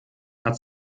hat